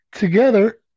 Together